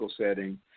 setting